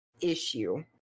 issue